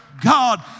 God